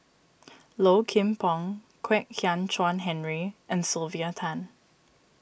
Low Kim Pong Kwek Hian Chuan Henry and Sylvia Tan